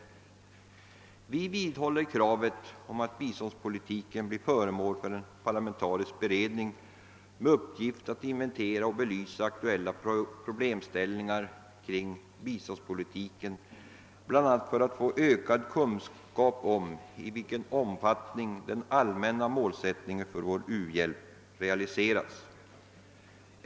Vi reservanter vidhåller kravet om att biståndspolitiken blir föremål för en parlamentarisk utredning med uppgift att inventera och belysa aktuella problemställningar kring biståndspolitiken, bl.a. för att få ökad kunskap om i vilken omfattning den allmänna målsättningen för vår u-hjälp realiserats.